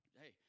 hey